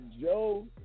Joe